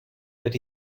that